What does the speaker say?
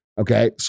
okay